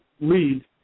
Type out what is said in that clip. lead